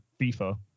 FIFA